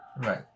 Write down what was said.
right